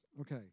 Okay